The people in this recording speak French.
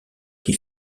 qui